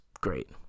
great